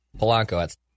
Polanco